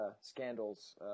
scandals